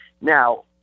Now